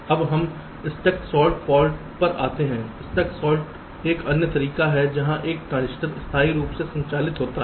अब हम stuck short fault पर आते हैं स्टक शार्ट एक अन्य तरीका है जहां एक ट्रांजिस्टर स्थायी रूप से संचालित होता है